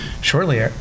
Shortly